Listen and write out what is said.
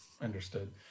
Understood